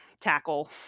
Tackle